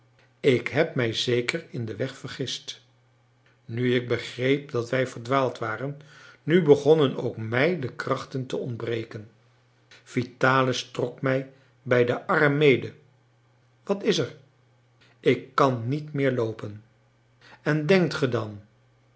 ik heb mij zeker in den weg vergist nu ik begreep dat wij verdwaald waren nu begonnen ook mij de krachten te ontbreken vitalis trok mij bij den arm mede wat is er ik kan niet meer loopen en denkt ge dan